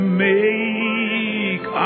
make